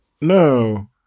No